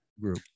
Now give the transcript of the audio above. group